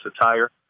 attire